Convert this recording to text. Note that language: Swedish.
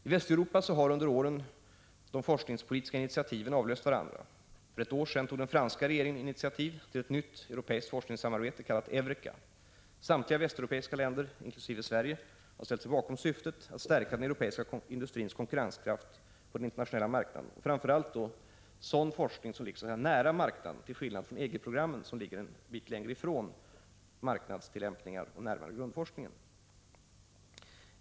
I Västeuropa har under åren de forskningspolitiska initiativen avlöst varandra. För ett år sedan tog den franska regeringen initiativ till ett nytt europeiskt forskningssamarbete, kallat Eureka. Samtliga västeuropeiska länder inkl. Sverige har ställt sig bakom syftet att stärka den europeiska industrins konkurrenskraft på den internationella marknaden, framför allt sådan forskning som liksom är nära marknaden, till skillnad från EG programmen, som ligger en bit längre ifrån marknadstillämpningar och närmare grundforskningen.